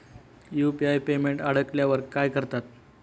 UPI payment अडकल्यावर काय करतात?